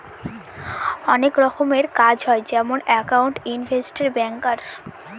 অনেক রকমের কাজ হয় যেমন একাউন্ট, ইনভেস্টর, ব্যাঙ্কার